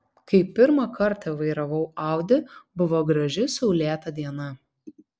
kai pirmą kartą vairavau audi buvo graži saulėta diena